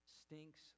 stinks